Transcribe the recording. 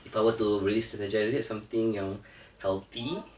if I were to really strategise it something yang healthy